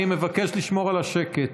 אני מבקש לשמור על השקט,